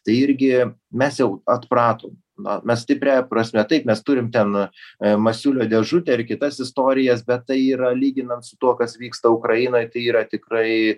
tai irgi mes jau atpratom na mes stipriąja prasme taip mes turim ten e masiulio dėžutę ir kitas istorijas bet tai yra lyginant su tuo kas vyksta ukrainoj tai yra tikrai